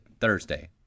Thursday